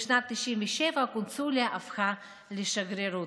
בשנת 1997 הקונסוליה הפכה לשגרירות.